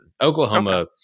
Oklahoma –